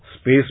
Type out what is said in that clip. space